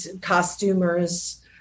costumers